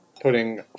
putting